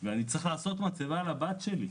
וצריך לעשות מצבה לבת שלי.